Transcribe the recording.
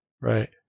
Right